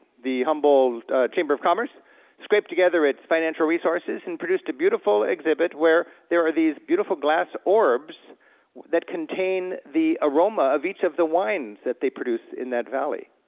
the humble chamber of commerce scraped together its financial resources, and produced a beautiful exhibit where there are these beautiful glass orbs that contain the aroma of each of the wines that they produce in that valley.